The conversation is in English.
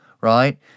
right